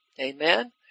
Amen